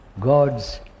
God's